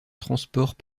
transport